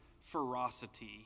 ferocity